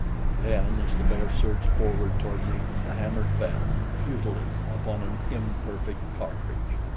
and then, as the bear surged forward toward me, the hammer fell futilely, upon an imperfect cartridge.